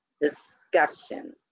discussion